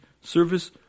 service